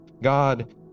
God